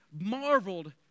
marveled